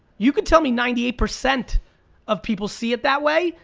you can tell me ninety eight percent of people see it that way,